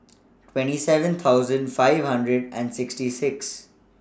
twenty seven thousand five hundred and sixty six